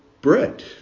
bread